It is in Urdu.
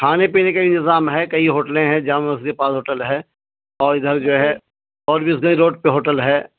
کھانے پینے کا نتظام ہے کئی ہوٹلیں ہیں جامع مسی پال ہوٹل ہے اور ادھر جو ہے اور وزنئی روڈ پہ ہوٹل ہے